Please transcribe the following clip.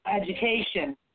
education